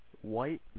white